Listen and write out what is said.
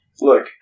Look